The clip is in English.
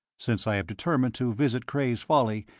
since i have determined to visit cray's folly,